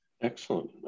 Excellent